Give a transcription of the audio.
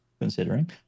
considering